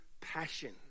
passion